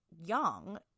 young